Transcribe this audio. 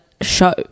show